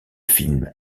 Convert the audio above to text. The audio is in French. films